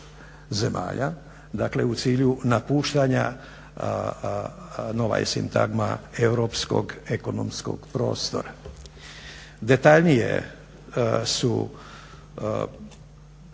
zemalja dakle u cilju napuštanja nova je sintagma europskog ekonomskog prostora. Detaljnije su